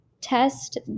test